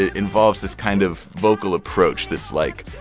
ah involves this kind of vocal approach, this, like,